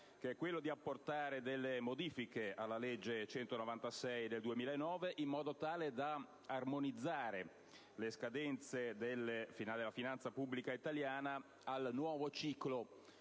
prefiggersi: apportare modifiche alla legge n. 196 del 2009 in modo tale da armonizzare le scadenze della finanza pubblica italiana al nuovo ciclo